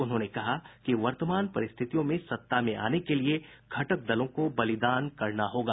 उन्होंने कहा कि वर्तमान परिस्थितियों में सत्ता में आने के लिए घटक दलों को बलिदान करना होगा